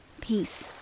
peace